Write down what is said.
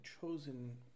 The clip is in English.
chosen